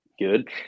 good